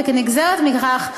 וכנגזרת מכך,